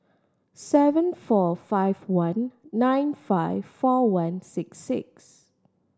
seven four five one nine five four one six six